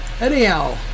anyhow